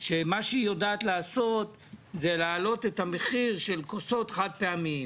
שמה שהיא יודעת לעשות זה להעלות את המחיר של כוסות חד פעמיים,